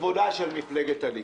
וזה גם לא לכבודה של מפלגת הליכוד.